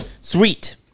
Sweet